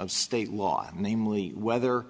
of state law namely whether